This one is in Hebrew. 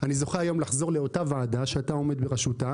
אני זוכה היום לחזור לאותה ועדה שאתה עומד בראשותה